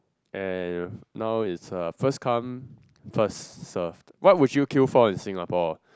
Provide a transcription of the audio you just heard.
and now is uh first come first served what would you queue for in Singapore